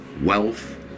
wealth